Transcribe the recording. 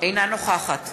אינה נוכחת